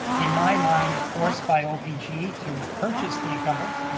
in my mind, forced by opg to purchase the encumbrance.